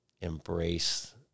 embrace